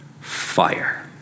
Fire